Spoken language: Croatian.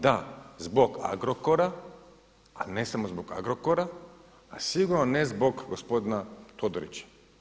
Da, zbog Agrokora ali ne samo zbog Agrokora, a sigurno ne zbog gospodina Todorića.